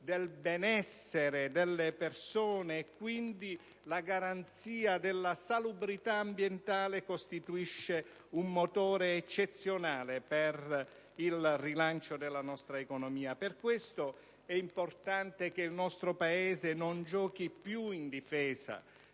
del benessere delle persone e, quindi, della garanzia della salubrità ambientale costituisce un motore eccezionale per il rilancio della nostra economia. Per questo è importante che il nostro Paese non giochi più in difesa;